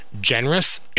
generous